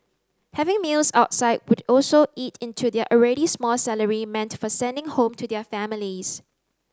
having meals outside would also eat into their already small salary meant for sending home to their families